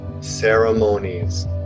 ceremonies